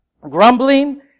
Grumbling